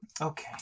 Okay